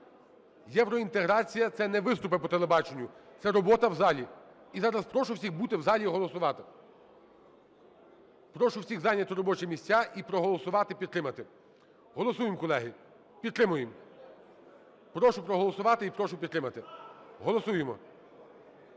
Євроінтеграція – це не виступи по телебаченню – це робота в залі. І зараз прошу всіх бути в залі і голосувати. Прошу всіх зайняти робочі місця і проголосувати, підтримати. Голосуємо, колеги. Підтримуємо. За основу, тільки за основу. Прошу підтримати. 12:57:48